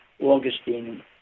Augustine